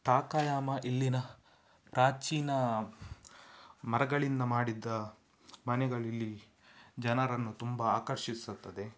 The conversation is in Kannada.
ಠಾಕಯಾಮ ಇಲ್ಲಿನ ಪ್ರಾಚೀನ ಮರಗಳಿಂದ ಮಾಡಿದ್ದ ಮನೆಗಳಿಲ್ಲಿ ಜನರನ್ನು ತುಂಬ ಆಕರ್ಷಿಸುತ್ತದೆ